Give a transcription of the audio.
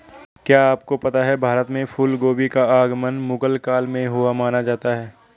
क्या आपको पता है भारत में फूलगोभी का आगमन मुगल काल में हुआ माना जाता है?